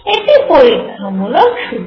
এটি পরীক্ষামূলক সিদ্ধান্ত